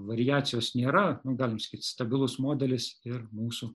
variacijos nėra nu galim sakyt stabilus modelis ir mūsų